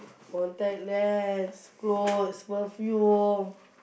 contact lens clothes perfume